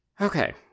Okay